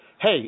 Hey